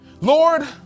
Lord